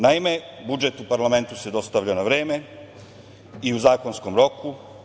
Naime, budžet u parlamentu se dostavlja na vreme i u zakonskom roku.